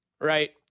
right